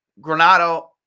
Granado